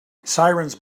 sirens